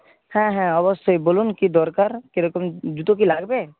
হ্যাঁ হ্যাঁ অবশ্যই বলুন কী দরকার কীরকম জুতো কি লাগবে